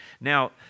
Now